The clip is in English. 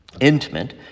Intimate